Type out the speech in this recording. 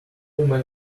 men